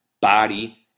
body